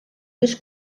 més